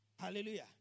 Hallelujah